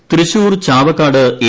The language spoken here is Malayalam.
M Thrissur Chavakkad A